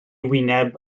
wyneb